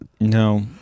No